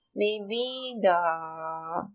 maybe the